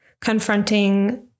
confronting